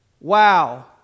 wow